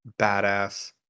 badass